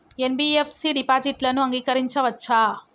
NBFC డిపాజిట్లను అంగీకరించవచ్చా?